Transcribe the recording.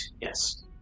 Yes